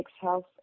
Health